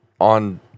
on